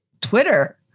Twitter